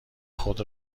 خود